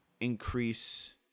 increase